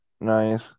Nice